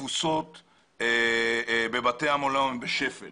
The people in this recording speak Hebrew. התפוסות בבתי המלון בשפל